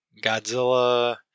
Godzilla